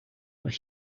but